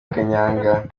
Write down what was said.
kanyanga